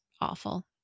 awful